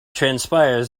transpires